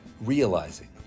Realizing